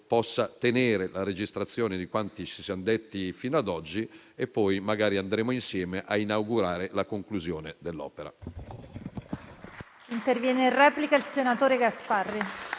possiate tenere la registrazione di quanto ci siamo detti fino ad oggi, e poi magari andremo insieme a inaugurare la conclusione dell'opera.